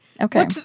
okay